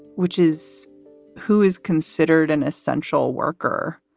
which is who is considered an essential worker.